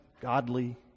godly